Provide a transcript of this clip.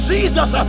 Jesus